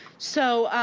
so,